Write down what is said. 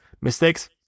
Mistakes